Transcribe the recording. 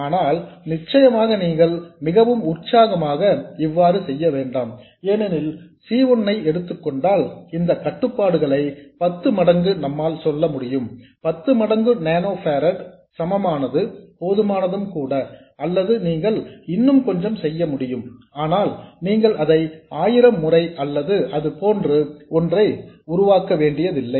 ஆனால் நிச்சயமாக நீங்கள் மிகவும் உற்சாகமாக இவ்வாறு செய்ய வேண்டாம் ஏனெனில் C 1 ஐ எடுத்துக்கொண்டால் இந்த கட்டுப்பாடுகளை பத்து மடங்கு நம்மால் சொல்ல முடியும் பத்து மடங்கு 10 நேனோ பாரெட் சமமானது போதுமானதும் கூட அல்லது நீங்கள் இன்னும் கொஞ்சம் செய்ய முடியும் ஆனால் நீங்கள் அதை ஆயிரம் முறை அல்லது அது போன்று ஒன்றை உருவாக்க வேண்டியதில்லை